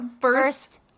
First